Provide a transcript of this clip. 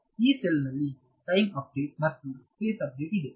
Yee cell ನಲ್ಲಿ time update ಮತ್ತು space update ಇದೆ